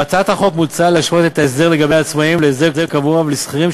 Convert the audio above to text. בהצעת החוק מוצע להשוות את ההסדר לגבי עצמאים להסדר הקבוע לשכירים,